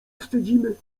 wstydzimy